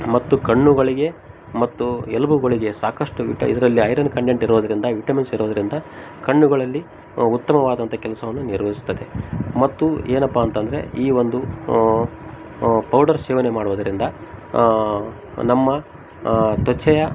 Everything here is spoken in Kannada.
ಮತ್ತು ಕಣ್ಣುಗಳಿಗೆ ಮತ್ತು ಎಲುಬುಗಳಿಗೆ ಸಾಕಷ್ಟು ವಿಟ ಇದರಲ್ಲಿ ಐರನ್ ಕಂಡೆಂಟ್ ಇರೋದರಿಂದ ವಿಟಮಿನ್ಸ್ ಇರೋದರಿಂದ ಕಣ್ಣುಗಳಲ್ಲಿ ಉತ್ತಮವಾದಂಥ ಕೆಲಸವನ್ನು ನಿರ್ವಹಿಸ್ತದೆ ಮತ್ತು ಏನಪ್ಪ ಅಂತಂದರೆ ಈ ಒಂದು ಪೌಡರ್ ಸೇವನೆ ಮಾಡುವುದರಿಂದ ನಮ್ಮ ತ್ವಚೆಯ